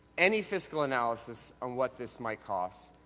any physical analysis on what this might cost,